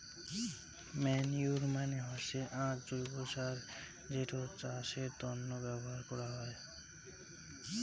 manure মানে হসে আক জৈব্য সার যেটো চাষের তন্ন ব্যবহার করাঙ হই